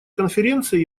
конференция